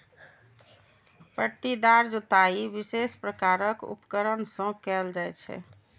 पट्टीदार जुताइ विशेष प्रकारक उपकरण सं कैल जाइ छै